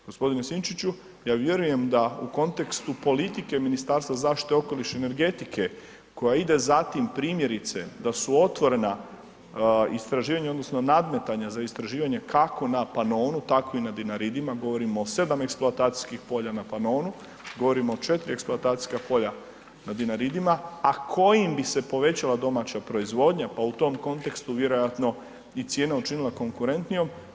Gospodine Sinčiću ja vjerujem da u kontekstu politike Ministarstva zaštite okoliša i energetike koja ide za tim primjerice da su otvorena istraživanja odnosno nadmetanja za istraživanje kako na Panonu tako i na Dinaridima, govorimo o 7 eksploatacijskih polja na Panonu, govorimo o 4 eksploatacijska polja na Dinaridima, a kojim bi se povećala domaća proizvodnja, pa u tom kontekstu vjerojatno i cijena učinila konkurentnijom.